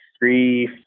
three